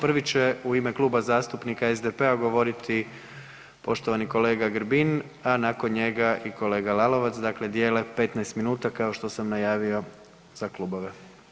Prvi će u ime Kluba zastupnika SDP-a govoriti poštovani kolega Grbin, a nakon njega i kolega Lalovac, dakle dijele 15 minuta, kao što sam najavio za klubove.